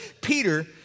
Peter